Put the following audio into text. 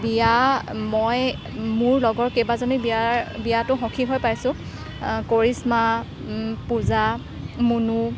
বিয়া মই মোৰ লগৰ কেইবাজনী বিয়াৰ বিয়াতো সখী হৈ পাইছোঁ কৰিশ্মা পূজা মুনু